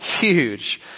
huge